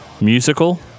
musical